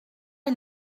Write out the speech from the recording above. est